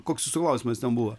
koks jūsų klausimas ten buvo